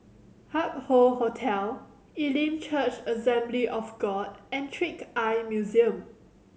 Hup Hoe Hotel Elim Church Assembly of God and Trick Eye Museum